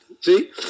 See